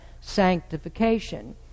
sanctification